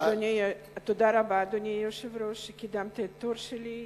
אדוני היושב-ראש, תודה רבה שקידמת את התור שלי.